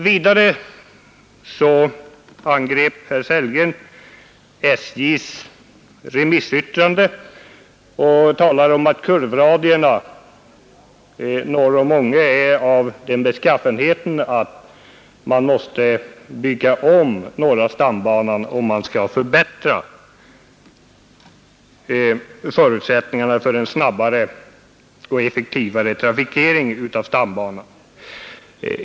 Vidare angrep herr Sellgren SJ:s remissyttrande och talade om att kurvradierna norr om Ånge är av sådan beskaffenhet att man måste bygga om norra stambanan om man skall förbättra förutsättningarna för en snabbare och effektivare trafikering av stambanan.